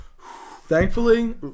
Thankfully